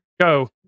go